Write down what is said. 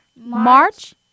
march